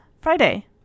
friday